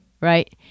right